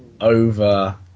over